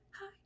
hi